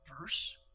verse